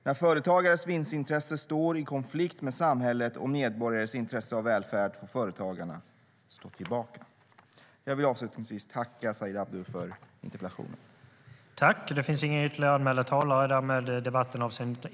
När företagares vinstintresse står i konflikt med samhällets och medborgares intresse av välfärd får företagarna stå tillbaka. Överläggningen var härmed avslutad.